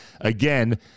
again